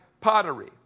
pottery